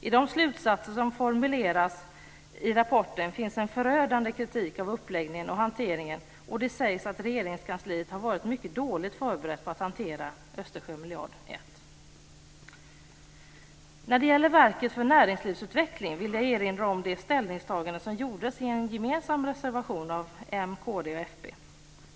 I de slutsatser som formuleras i rapporten finns en förödande kritik av uppläggningen och hanteringen, och det sägs att Regeringskansliet har varit mycket dåligt förberett på att hantera Östersjömiljard 1. När det gäller Verket för näringslivsutveckling vill jag erinra om det ställningstagande som gjordes i en gemensam reservation av Moderaterna, Kristdemokraterna och Folkpartiet.